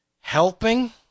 Helping